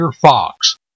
Fox